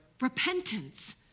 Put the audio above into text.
Repentance